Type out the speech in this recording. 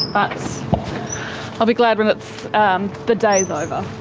but i'll be glad when but um the day's over.